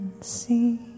see